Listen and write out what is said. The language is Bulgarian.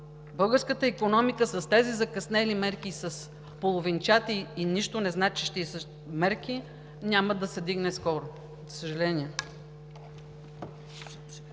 Българската икономика с тези закъснели мерки и с половинчати и нищо незначещи мерки няма да се вдигне скоро,